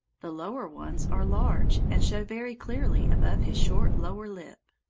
the lower ones are large and show very clearly above his short lower lip.